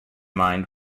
mind